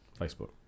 Facebook